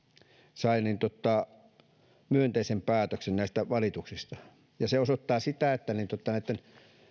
sai myönteisen päätöksen näistä valituksista se osoittaa sen että näitten